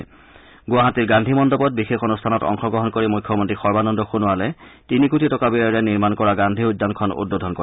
ণ্ডবাহাটীৰ গান্ধী মণ্ডপত বিশেষ অনুষ্ঠানত অংশগ্ৰহণ কৰি মুখ্যমন্তী সৰ্বানন্দ সোণোৱালে তিনি কোটি টকা ব্যয়ৰে নিৰ্মাণ কৰা গান্ধী উদ্যানখন উদ্বোদনী কৰে